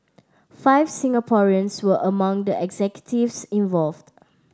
five Singaporeans were among the executives involved